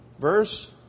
Verse